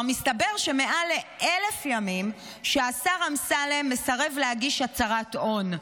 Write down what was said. מסתבר שכבר מעל ל-1,000 ימים השר אמסלם מסרב להגיש הצהרת הון.